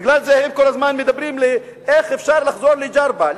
בגלל זה הם כל הזמן מדברים על איך אפשר לחזור לג'רבה,